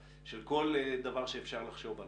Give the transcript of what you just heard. של כל דבר שאפשר לחשוב עליו.